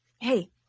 hey